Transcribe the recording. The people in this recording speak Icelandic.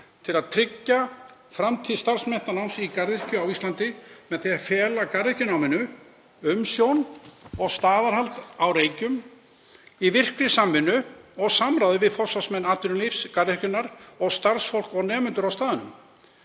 til að tryggja framtíð starfsmenntanáms í garðyrkju á Íslandi með því að fela garðyrkjuskólanum umsjón og staðarhald á Reykjum í virkri samvinnu og samráði við forsvarsmenn atvinnulífs garðyrkjunnar og starfsfólk og nemendur á staðnum